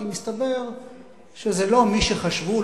כי מסתבר שזה לא מי שחשבו,